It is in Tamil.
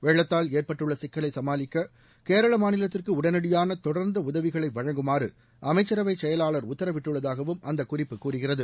வெள்ளத்தால் ஏற்பட்டுள்ள சிக்கலை சமாளிக்க கேரள மாநிலத்திற்கு உடனடியான தொடர்ந்த உதவிகளை வழங்குமாறு அமைச்சரவை செயலாளர் உத்தரவிட்டுள்ளதாகவும் அந்த குறிப்பு கூறுகிறது